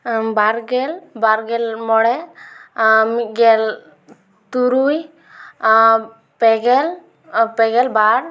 ᱟᱢ ᱵᱟᱨᱜᱮᱞ ᱵᱟᱨᱜᱮᱞ ᱢᱚᱬᱮ ᱢᱤᱫ ᱜᱮᱞ ᱛᱩᱨᱩᱭ ᱯᱮᱜᱮᱞ ᱯᱮᱜᱮᱞ ᱵᱟᱨ